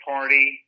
Party